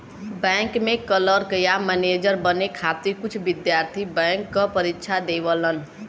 bank में clerk या manager बने खातिर कुछ विद्यार्थी बैंक क परीक्षा देवलन